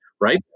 right